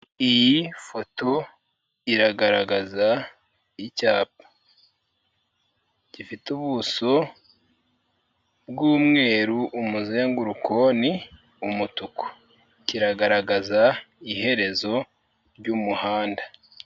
Iyi foto iragaragaza icyapa gifite ubuso bw'umweru umuzenguruko ni umutuku, kiragaragaza iherezo ry'umuhanda.